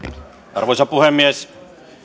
arvoisa puhemies